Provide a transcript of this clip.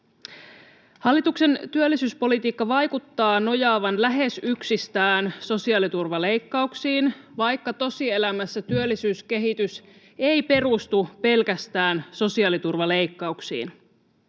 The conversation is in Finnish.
Hallituksen työllisyyspolitiikka vaikuttaa nojaavan lähes yksistään sosiaaliturvaleikkauksiin, vaikka tosielämässä työllisyyskehitys ei perustu pelkästään sosiaaliturvaleikkauksiin.